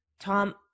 Tom